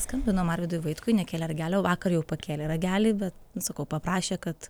skambinom arvydui vaitkui nekelė ragelio vakar jau pakėlė ragelį bet sakau paprašė kad